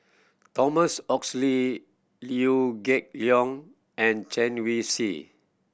Thomas Oxley Liew Geok Leong and Chen Wen Hsi